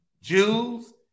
Jews